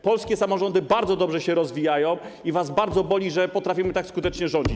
Polskie samorządy bardzo dobrze się rozwijają i was bardzo boli, że potrafimy tak skutecznie rządzić.